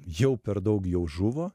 jau per daug jau žuvo